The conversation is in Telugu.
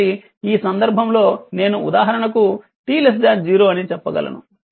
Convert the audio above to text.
కాబట్టి ఆ సందర్భంలో నేను ఉదాహరణకు t 0 అని చెప్పగలను